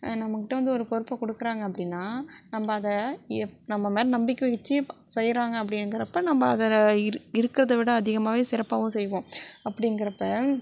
நம்ம கிட்டே வந்து ஒரு பொறுப்பை கொடுக்குறாங்க அப்படின்னா நம்ம அதை நம்ம மேலே நம்பிக்கை வச்சு செய்கிறாங்க அப்டிங்கிறப்ப நம்ம அதை இருக்கிறத விட அதிகமாகவே சிறப்பாகவும் செய்வோம் அப்டிங்கிறப்ப